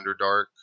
underdark